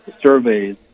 surveys